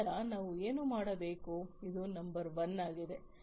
ನಂತರ ನಾವು ಏನು ಮಾಡಬೇಕು ಇದು ನಂಬರ್ 1 ಆಗಿದೆ